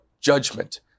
judgment